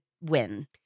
win